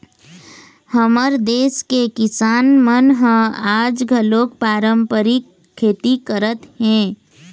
हमर देस के किसान मन ह आज घलोक पारंपरिक खेती करत हे